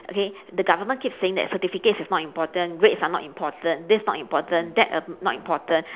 okay the government keep saying that certificates is not important grades are not important this not important that not important